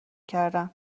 کردن